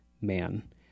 man